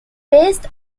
based